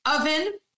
Oven